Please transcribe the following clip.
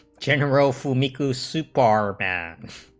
general for me, c bar bands